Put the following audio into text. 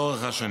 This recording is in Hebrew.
לאורך השנים.